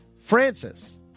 Francis